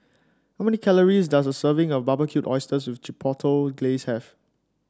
how many calories does a serving of Barbecued Oysters with Chipotle Glaze have